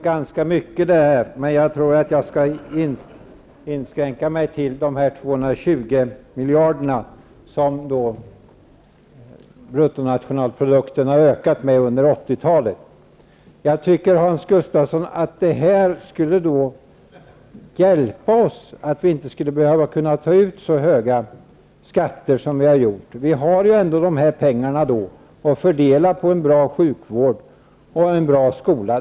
Herr talman! Det var ganska mycket det här. Jag tror att jag skall inskränka mig till att kommentera de 220 miljarderna som bruttonationalprodukten har ökat med under 80-talet. Jag tycker, Hans Gustafsson, att detta skulle hjälpa oss, så att vi inte skulle behöva ta ut så höga skatter som vi har gjort. Vi har då dessa pengar att fördela på en bra sjukvård och en bra skola.